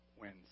wins